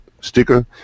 sticker